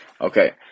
Okay